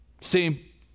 See